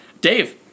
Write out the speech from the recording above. Dave